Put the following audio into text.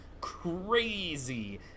crazy